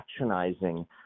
actionizing